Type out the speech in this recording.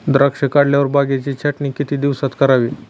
द्राक्षे काढल्यावर बागेची छाटणी किती दिवसात करावी?